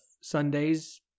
Sunday's